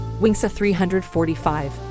Wingsa345